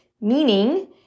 meaning